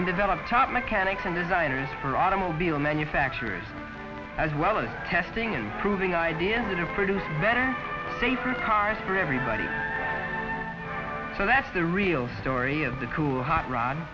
and develop top mechanics and designers or automobile manufacturers as well as testing and proving ideas that are produce better safer cars for everybody so that's the real story of the cool hot r